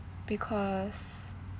because